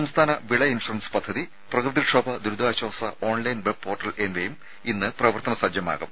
സംസ്ഥാന വിള ഇൻഷുറൻസ് പദ്ധതി പ്രകൃതിക്ഷോഭ ദുരിതാശ്വാസ ഓൺ ലൈൻ വെബ് പോർട്ടൽ എന്നിവയും ഇന്ന് പ്രവർത്തനസജ്ജമാകും